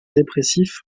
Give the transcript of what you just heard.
dépressif